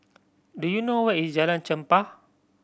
do you know where is Jalan Chempah